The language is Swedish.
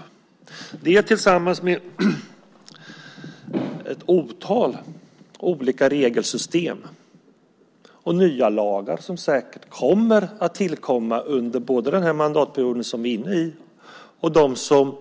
Det ska också fungera tillsammans med ett otal olika regelsystem och nya lagar som säkert tillkommer under både den mandatperioden vi är inne i och de som